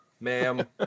ma'am